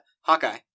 Hawkeye